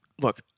look